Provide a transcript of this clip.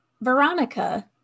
Veronica